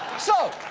so.